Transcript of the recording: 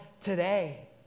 today